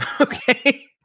Okay